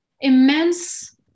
immense